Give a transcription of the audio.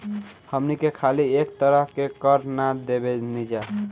हमनी के खाली एक तरह के कर ना देबेनिजा